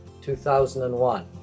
2001